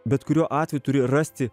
bet kuriuo atveju turi rasti